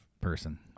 person